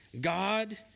God